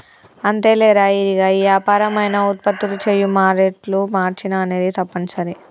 అంతేలేరా ఇరిగా ఏ యాపరం అయినా ఉత్పత్తులు చేయు మారేట్ల మార్చిన అనేది తప్పనిసరి